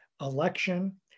election